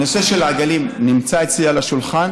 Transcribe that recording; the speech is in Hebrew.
הנושא של העגלים נמצא אצלי על השולחן.